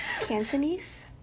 Cantonese